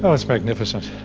but it's magnificent.